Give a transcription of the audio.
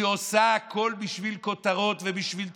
היא עושה הכול בשביל כותרות ובשביל תמונות.